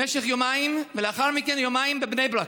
למשך יומיים, ולאחר מכן יומיים בבני ברק.